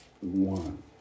one